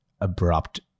abrupt